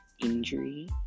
injury